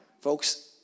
Folks